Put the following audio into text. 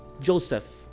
Joseph